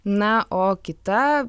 na o kita